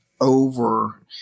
over